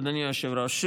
אדוני היושב-ראש.